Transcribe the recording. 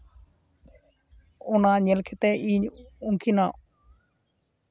ᱚᱱᱟ ᱧᱮᱞ ᱠᱟᱛᱮ ᱤᱧ ᱩᱱᱠᱤᱱᱟᱜ